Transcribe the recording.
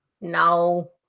No